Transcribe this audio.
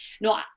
No